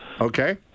Okay